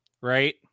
right